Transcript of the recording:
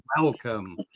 welcome